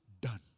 done